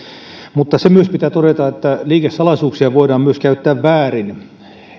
mutta se myös pitää todeta että liikesalaisuuksia voidaan myös käyttää väärin